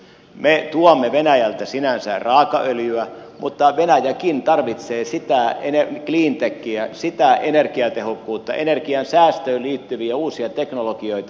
me tuomme venäjältä sinänsä raakaöljyä mutta venäjäkin tarvitsee sitä cleantechiä sitä energiatehokkuutta energian säästöön liittyviä uusia teknologioita